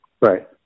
Right